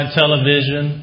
television